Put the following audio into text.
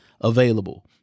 available